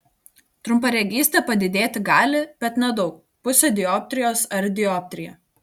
trumparegystė padidėti gali bet nedaug pusę dioptrijos ar dioptriją